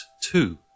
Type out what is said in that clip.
Two